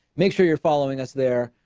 make sure you're following us there.